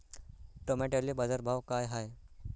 टमाट्याले बाजारभाव काय हाय?